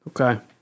Okay